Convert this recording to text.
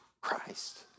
Christ